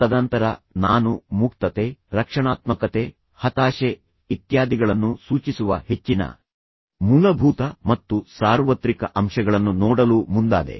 ತದನಂತರ ನಾನು ಮುಕ್ತತೆ ರಕ್ಷಣಾತ್ಮಕತೆ ಹತಾಶೆ ಇತ್ಯಾದಿಗಳನ್ನು ಸೂಚಿಸುವ ಹೆಚ್ಚಿನ ಮೂಲಭೂತ ಮತ್ತು ಸಾರ್ವತ್ರಿಕ ಅಂಶಗಳನ್ನು ನೋಡಲು ಮುಂದಾದೆ